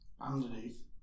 underneath